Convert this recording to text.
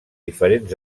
diferents